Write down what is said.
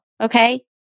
okay